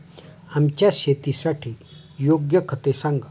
आमच्या शेतासाठी योग्य खते सांगा